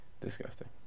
Disgusting